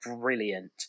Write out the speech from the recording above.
brilliant